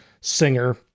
singer